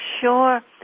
sure